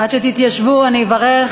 עד שתתיישבו אני אברך,